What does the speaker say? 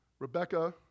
Rebecca